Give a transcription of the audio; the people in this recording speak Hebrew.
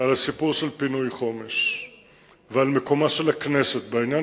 על הסיפור של פינוי חומש ועל מקומה של הכנסת בעניין,